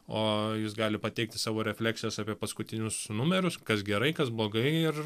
o jis gali pateikti savo refleksijas apie paskutinius numerius kas gerai kas blogai ir